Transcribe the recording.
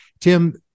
Tim